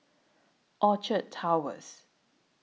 Orchard Towers